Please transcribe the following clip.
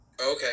Okay